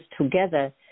together